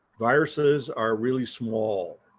viruses are really small.